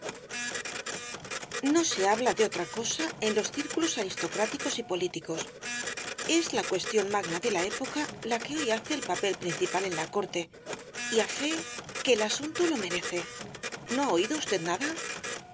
no se habla de otra cosa en los círculos aristocráticos y políticos es la cuestión magna de la época la que hoy hace el papel principal en la corte y á fe que el asunto lo merece no ha oído usted nada